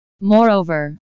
Moreover